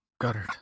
guttered